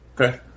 Okay